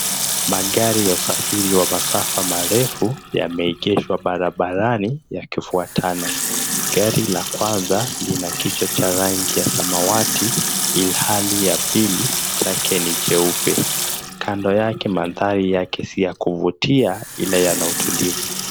Magari ya usafiri wa masafa marefu yameegeshwa barabarani yakifuatana. Gari la kwanza lina kichwa cha rangi ya samawati ilhali ya pili chake ni cheupe. Kando yake mandhari yake si ya kuvutia ila yana utulivu.